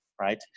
Right